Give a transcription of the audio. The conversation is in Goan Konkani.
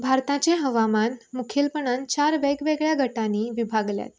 भारताचे हवामान मुखेलपणान चार वेगवगळ्या गटांनी विभागल्यात